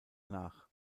nach